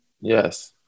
Yes